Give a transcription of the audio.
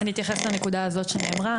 אני אתייחס לנקודה הזאת שנאמרה,